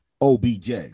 OBJ